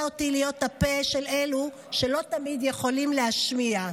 אותי להיות הפה של אלו שלא תמיד יכולים להשמיע,